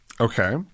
Okay